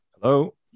Hello